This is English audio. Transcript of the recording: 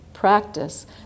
Practice